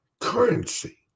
currency